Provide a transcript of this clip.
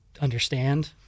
understand